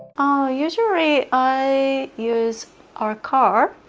ah, usually i use our car,